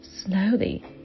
slowly